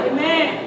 Amen